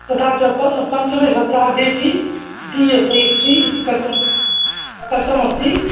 तथा च पन् पञ्चमसत्रार्धे अपि डी एस् त्रि इति पत्रं पत्रम् अस्ति